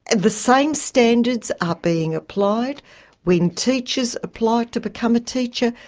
and the same standards are being applied when teachers apply to become a teacher,